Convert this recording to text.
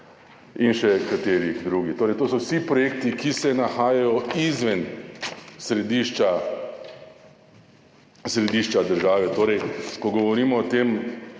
in še katerih drugih. Torej, to so vsi projekti, ki se nahajajo izven središča države. Ko govorimo o tem,